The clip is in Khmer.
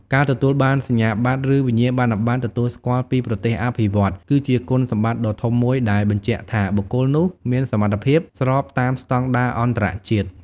ការទទួលបានសញ្ញាបត្រ ឬវិញ្ញាបនបត្រទទួលស្គាល់ពីប្រទេសអភិវឌ្ឍន៍ គឺជាគុណសម្បត្តិដ៏ធំមួយដែលបញ្ជាក់ថាបុគ្គលនោះមានសមត្ថភាពស្របតាមស្តង់ដារអន្តរជាតិ។